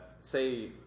Say